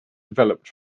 developed